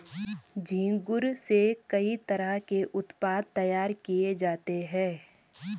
झींगुर से कई तरह के उत्पाद तैयार किये जाते है